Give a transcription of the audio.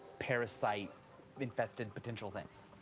parasite infested potential things.